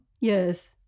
yes